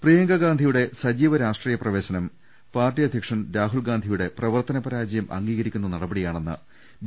പ്രിയങ്ക ഗാന്ധിയുടെ സജീവ രാഷ്ട്രീയ പ്രവേശനം പാർട്ടി അധ്യ ക്ഷൻ രാഹുൽഗാന്ധിയുടെ പ്രവർത്തന പരാജയം അംഗീകരിക്കുന്ന നട പടിയാണെന്ന് ബി